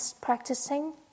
practicing